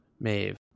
Maeve